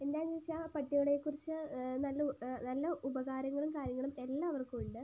എന്താന്നുവച്ചാൽ പട്ടികളെക്കുറിച്ച് നല്ല നല്ല ഉപകാരങ്ങളും കാര്യങ്ങളും എല്ലാവർക്കും ഉണ്ട്